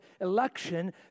election